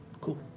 Cool